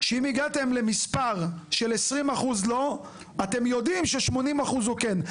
שאם הגעתם למספר של 20% לא אתם יודעים ש-80% הוא כן.